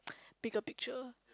bigger picture